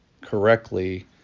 correctly